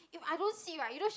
if I don't see right